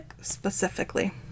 specifically